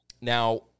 Now